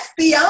fbi